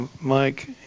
Mike